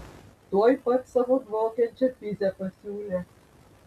tuoj pat savo dvokiančią pizę pasiūlė